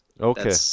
Okay